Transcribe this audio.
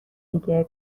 دیگه